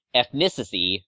ethnicity